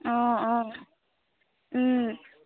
অঁ অঁ